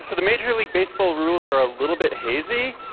so the major league baseball rules are a little bit hazy,